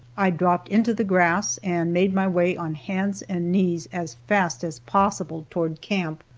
i dropped into the grass and made my way on hands and knees as fast as possible toward camp,